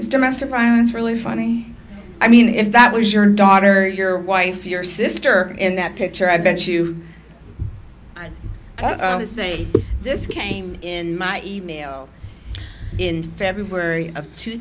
domestic violence really funny i mean if that was your daughter or your wife or your sister in that picture i bet you could say this came in my e mail in february of two